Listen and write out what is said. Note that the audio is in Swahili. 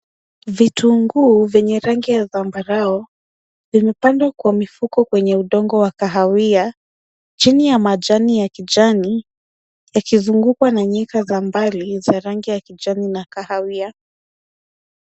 Vitunguu venye rangi ya zambarau vimepandwa kwa mifuko kwenye udongo wa kahawia, chini ya majani ya kijani ya kizungukwa na nyika za mbali za rangi ya kijani na kahawia.